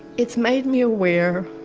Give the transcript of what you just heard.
it's made me aware,